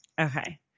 Okay